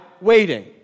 waiting